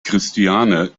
christiane